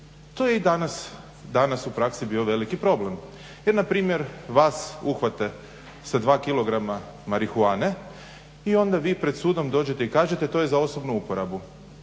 to je i danas u praksi bio veliki problem. Jer npr. vas uhvate sa dva kg marihuane i onda vi pred sudom dođete i kažete to je za osobnu uporabu.